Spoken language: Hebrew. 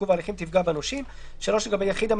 ההסדר יקבל איזה צעטלה קטן ויוכל להגיד: